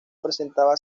presentaba